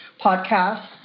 podcast